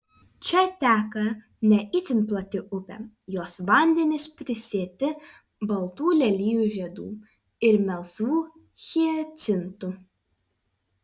čia teka ne itin plati upė jos vandenys prisėti baltų lelijų žiedų ir melsvų hiacintų